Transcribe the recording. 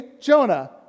Jonah